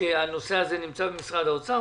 שהנושא הזה נמצא במשרד האוצר.